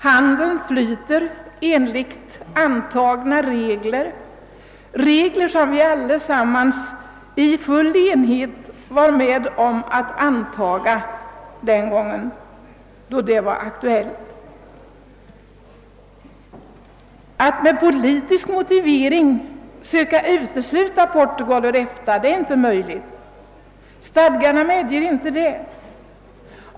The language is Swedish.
Handeln flyter enligt antagna regler, regler som vi allesammans i full enighet på sin tid var med om att antaga. Att med politisk motivering försöka utesluta Portugal ur EFTA är inte möjligt; stadgarna medger inte det.